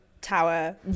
Tower